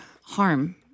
harm